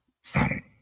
Saturday